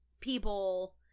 people